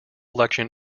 election